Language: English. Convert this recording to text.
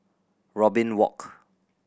Robin Walk